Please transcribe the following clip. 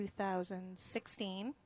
2016